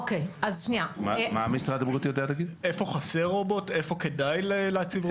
איפה כדאי להציב רובוט?